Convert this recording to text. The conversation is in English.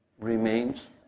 remains